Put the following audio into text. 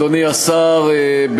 אדוני השר,